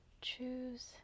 choose